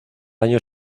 año